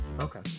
okay